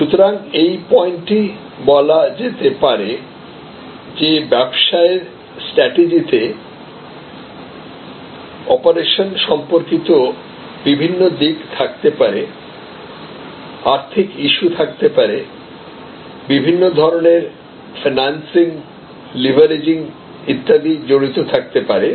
সুতরাং এই পয়েন্ট টি বলা যেতে পারে যে ব্যবসায়ের স্ট্র্যাটেজিতে অপারেশন সম্পর্কিত বিভিন্ন দিক থাকতে পারে আর্থিক ইসু থাকতে পারে বিভিন্ন ধরণের ফাইন্যান্সিং লিভারেজিং ইত্যাদি জড়িত থাকতে পারে